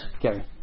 Gary